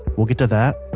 we'll get to that,